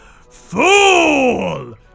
Fool